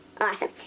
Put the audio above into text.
Awesome